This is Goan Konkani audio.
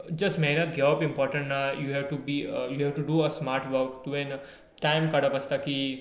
जस्ट मेहनत घेवप इमपोटंट ना you have to be you have to do smart work तुवें टायम काडप आसता की